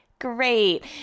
great